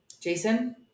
Jason